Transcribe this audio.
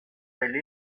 neniu